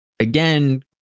again